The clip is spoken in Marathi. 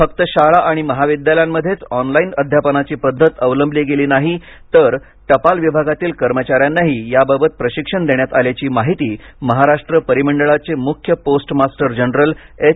फक्त शाळा आणि महाविद्यालयांमध्येच ऑनलाईन अध्यापनाची पद्धत अवलंबली गेली नाही तर टपाल विभागातील कर्मचाऱ्यांनाही याबाबत प्रशिक्षण देण्यात आल्याची माहिती महाराष्ट्र परिमंडळाचे मुख्य पोस्टमास्टर जनरल एच